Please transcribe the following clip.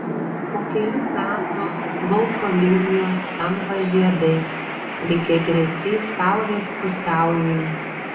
po kelių metų lauko linijos tampa žiedais lygiagrečiais saulės pusiaujui